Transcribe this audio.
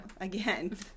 again